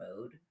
mode